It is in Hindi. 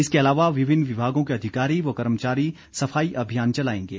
इसके अलावा विभिन्न विभागों के अधिकारी व कर्मचारी सफाई अभियान चलाएंगे